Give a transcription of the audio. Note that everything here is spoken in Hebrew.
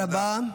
תודה רבה.